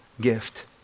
gift